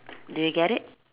did you get it